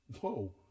whoa